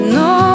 no